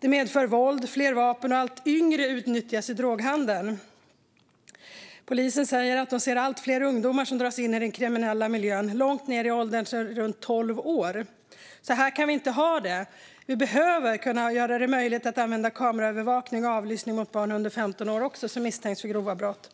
Det medför våld och fler vapen, och allt yngre utnyttjas i droghandeln. Polisen säger att de ser allt fler ungdomar som dras in i den kriminella miljön, långt ned i åldrarna - runt 12 år. Så här kan vi inte ha det. Det måste bli möjligt att använda kameraövervakning och avlyssning mot barn under 15 år som misstänks för grova brott.